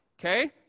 Okay